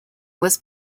was